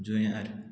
जुयांर